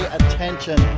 attention